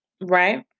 right